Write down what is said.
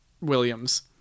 Williams